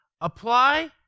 Apply